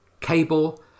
Cable